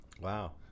Wow